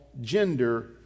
gender